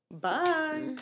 Bye